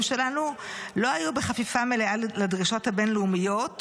שלנו לא היו בחפיפה מלאה לדרישות הבין-לאומיות